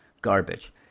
garbage